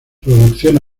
producción